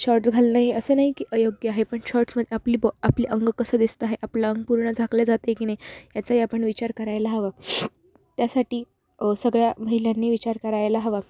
shorts घालणे असं नाही की योग्य आहे पण शॉर्ट्स मध्ये आपली बॉ आपली अंग कसं दिसत आहे आपलं अंग पूर्ण झाकल्या जाते की नाही याचाही आपण विचार करायला हवां त्यासाठी सगळ्या महिलांनी विचार करायला हवा